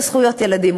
זה זכויות ילדים,